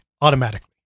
automatically